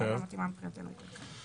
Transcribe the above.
הוועדה מבחינתנו היא כלכלה.